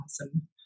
awesome